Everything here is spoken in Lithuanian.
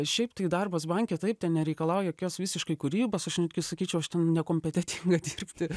šiaip tai darbas banke taip ten nereikalauja jokios visiškai kūrybos aš netgi sakyčiau aš ten nekompetentinga dirbti